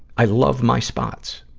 i love my spots.